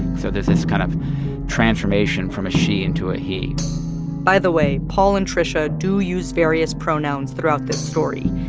so there's this kind of transformation from a she into a he by the way, paul and tricia do use various pronouns throughout this story.